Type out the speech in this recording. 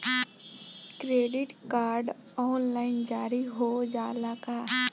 Credit card online जारी हो जाला का?